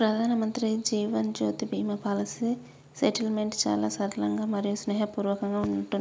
ప్రధానమంత్రి Jeevan Jyoti Bima policy settlement చాలా సరళంగా మరియు స్నేహపూర్వకంగా ఉంటున్నాది